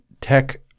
tech